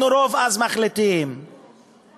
אנחנו רוב אז מחליטים, לא,